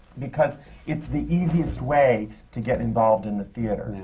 because it's the easiest way to get involved in the theatre,